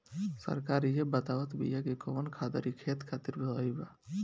सरकार इहे बतावत बिआ कि कवन खादर ई खेत खातिर सही बा